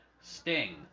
Sting